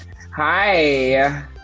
Hi